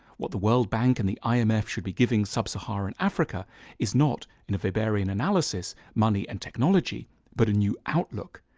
what the world bank and the imf should be giving sub-saharan africa is not, in a weberian analysis, money and technology but a new outlook.